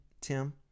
Tim